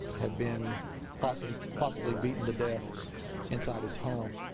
had been possibly possibly beaten to death inside his home.